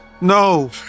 no